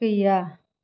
गैया